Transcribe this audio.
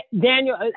Daniel